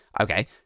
Okay